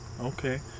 okay